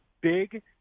big